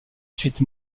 suite